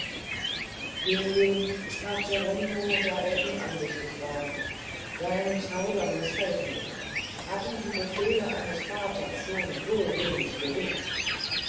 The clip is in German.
jüngling sprach geronimo da er ihn ansichtig ward dein zaudern mißfällt mir haben die befehle eines vaters schon so wenig gewicht